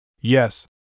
Yes